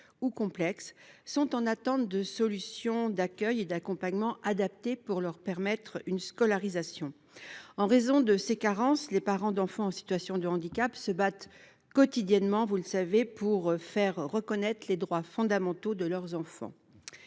ou complexe, sont en attente de solutions d’accueil et d’accompagnement adaptées, qui leur permettraient de les scolariser. En raison de ces carences, les parents d’enfants en situation de handicap se battent quotidiennement pour faire reconnaître les droits fondamentaux de leurs enfants.